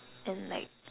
and like